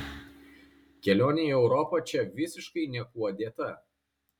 kelionė į europą čia visiškai niekuo dėta